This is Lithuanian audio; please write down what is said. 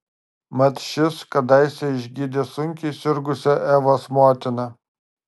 mat šis kadaise išgydė sunkiai sirgusią evos motiną